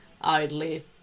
idly